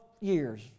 years